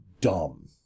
dumb